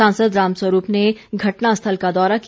सांसद रामस्वरूप ने घटना स्थल का दौरा किया